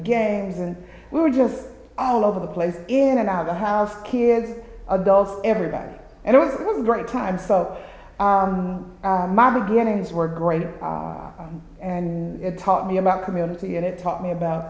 games and we were just all over the place in and out of the house kids adults everybody and it was a great time so my beginnings were great and it taught me about community and it taught me about